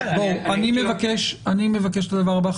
אני מבקש את הדבר הבא.